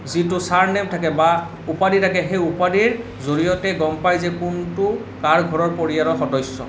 যিটো চাৰনেইম থাকে বা উপাধি থাকে সেই উপাধিৰ জৰিয়তে গম পাই যে কোনটো কাৰ ঘৰৰ পৰিয়ালৰ সদস্য়